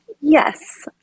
Yes